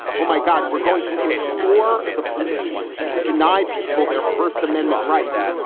oh my god, we're going to implore the police to deny people their first amendment rights.